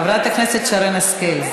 חברת הכנסת שרן השכל,